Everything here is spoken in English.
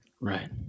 Right